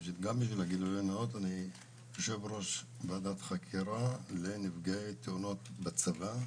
אני יושב-ראש ועדת חקירה לנפגעי תאונות בצבא,